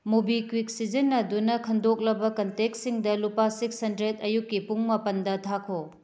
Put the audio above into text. MobiKwik ꯁꯤꯖꯤꯟꯅꯗꯨꯅ ꯈꯟꯗꯣꯛꯂꯕ ꯀꯟꯇꯦꯛꯁꯤꯡꯗ ꯂꯨꯄꯥ ꯁꯤꯛꯁ ꯍꯟꯗ꯭ꯔꯦꯗ ꯑꯌꯨꯛꯀꯤ ꯄꯨꯡ ꯃꯥꯄꯜꯗ ꯊꯥꯈꯣ